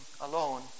alone